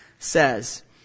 says